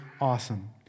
awesome